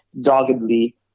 doggedly